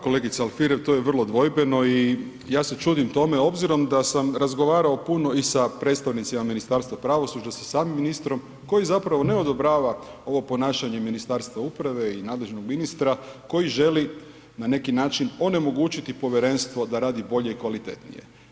Kolegice Alfirev, to je vrlo dvojbeno i ja se čudim tome obzirom da sam razgovarao puno i sa predstavnicima Ministarstva pravosuđa, sa samim ministrom koji zapravo ne odobrava ovo ponašanje Ministarstva uprave i nadležnog ministra koji želi na neki način onemogućiti Povjerenstvo da radi bolje i kvalitetnije.